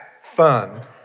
fund